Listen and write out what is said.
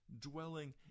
dwelling